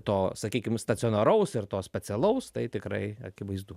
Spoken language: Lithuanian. to sakykim stacionaraus ir to specialaus tai tikrai akivaizdu